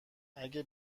اگه